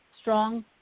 strong